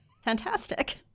Fantastic